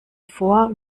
vor